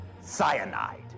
Cyanide